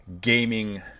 gaming